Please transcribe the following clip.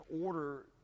order